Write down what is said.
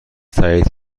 تأیید